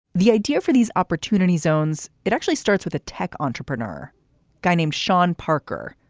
the idea for these opportunity zones, it actually starts with a tech entrepreneur guy named sean parker,